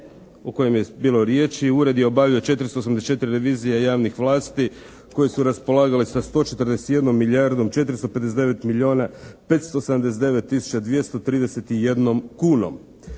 o kojem je bilo riječi. Uredi obavljaju 484 revizije javnih vlasti koje su raspolagale sa 141 milijardom 459 milijuna 579 tisuća 231 kunom.